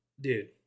Dude